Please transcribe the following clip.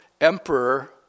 emperor